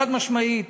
חד-משמעית.